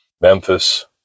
Memphis